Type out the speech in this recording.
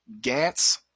Gantz